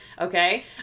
okay